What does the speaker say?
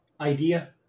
idea